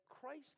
Christ